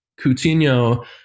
Coutinho